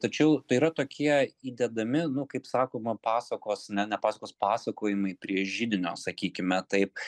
tačiau tai yra tokie įdedami nu kaip sakoma pasakos ne ne pasakos pasakojimai prie židinio sakykime taip